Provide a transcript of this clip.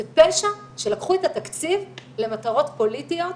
זה פשע שלקחו את התקציב למטרות פוליטיות,